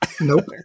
Nope